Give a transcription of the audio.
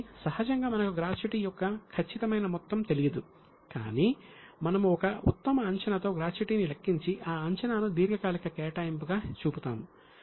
కాబట్టి సహజంగా మనకు గ్రాట్యుటీ యొక్క ఖచ్చితమైన మొత్తం తెలియదు కాని మనము ఒక ఉత్తమ అంచనా తో గ్రాట్యుటీని లెక్కించి ఆ అంచనాను దీర్ఘకాలిక కేటాయింపుగా చూపుతాము